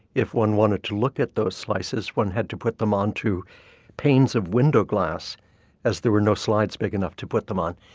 if one wanted to look at those slices, one had to put them onto panes of window glass as there were no slides big enough to put them on.